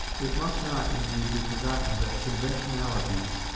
it must not, indeed, be forgotten that conventionalities,